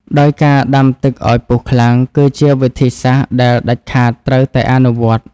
ដោយការដាំទឹកឱ្យពុះខ្លាំង គឺជាវិធីសាស្ត្រដែលដាច់ខាតត្រូវតែអនុវត្ត។